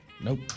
Nope